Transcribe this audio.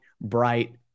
bright